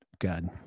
God